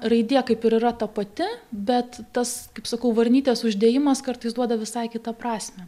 raidė kaip ir yra ta pati bet tas kaip sakau varnytės uždėjimas kartais duoda visai kitą prasmę